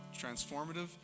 transformative